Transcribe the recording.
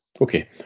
Okay